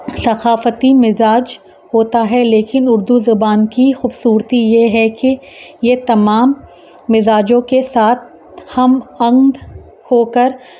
ثقافتی مزاج ہوتا ہے لیکن اردو زبان کی خوبصورتی یہ ہے کہ یہ تمام مزاجوں کے ساتھ ہم آہنگ ہو کر